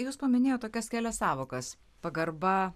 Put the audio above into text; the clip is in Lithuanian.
jūs paminėjot tokias kelias sąvokas pagarba